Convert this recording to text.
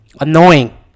annoying